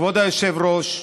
כבוד היושב-ראש,